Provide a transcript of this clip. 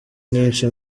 nyinshi